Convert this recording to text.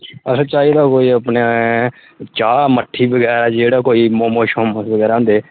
असें चाहिदा कोई अपने चाह् मट्ठी बगैरा जेह्ड़ा कोई मोमो शोमो बगैरा होंदे